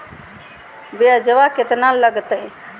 ब्यजवा केतना लगते?